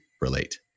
relate